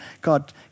God